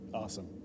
Awesome